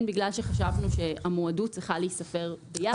בגלל שחשבנו שהמועדות צריכה להיספר ביחד.